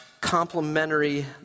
complementary